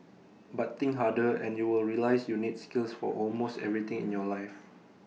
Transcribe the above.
but think harder and you will realise you need skills for almost everything in your life